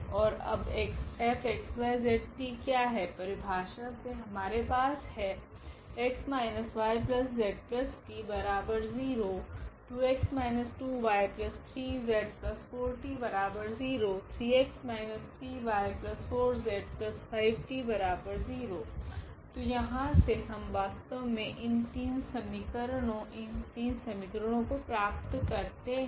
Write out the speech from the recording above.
ओर अब F𝑥 𝑦 𝑧 𝑡 क्या है परिभाषा से हमारे पास है तो यहाँ से हम वास्तव में इन 3 समीकरणों इन 3 समीकरणों को प्राप्त करते हैं